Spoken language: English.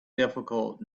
difficult